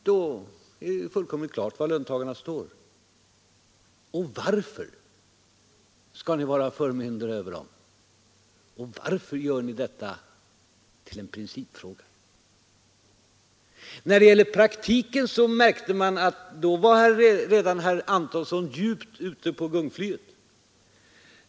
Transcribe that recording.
Det är då fullkomligt klart var löntagarna står. Varför skall ni vara förmyndare över dem, varför gör ni detta till en principfråga? När det gäller praktiken märkte man att herr Antonsson redan då var långt ute på gungflyet.